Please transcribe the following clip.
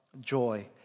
joy